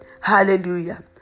Hallelujah